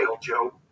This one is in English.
Joe